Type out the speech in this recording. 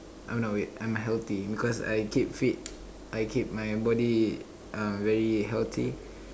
oh no wait I'm healthy because I keep fit I keep my body uh very healthy